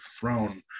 throne